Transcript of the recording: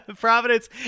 Providence